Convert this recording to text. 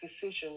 decision